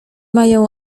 mają